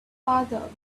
father